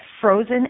frozen